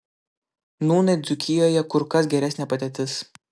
nūnai dzūkijoje kur kas geresnė padėtis